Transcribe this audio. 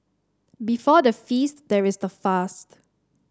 before the feast there is the fast